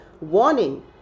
warning